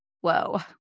Whoa